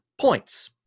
points